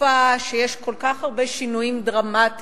בתקופה שיש כל כך הרבה שינויים דרמטיים,